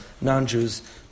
non-Jews